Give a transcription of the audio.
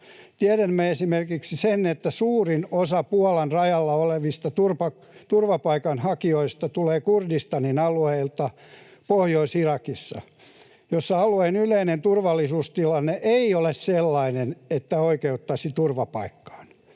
Tiedämme esimerkiksi sen, että suurin osa Puolan rajalla olevista turvapaikanhakijoista tulee Kurdistanin alueelta Pohjois-Irakista, jossa alueen yleinen turvallisuustilanne ei ole sellainen, että se oikeuttaisi turvapaikkaan.